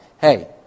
hey